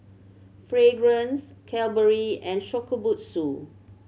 Fragrance Cadbury and Shokubutsu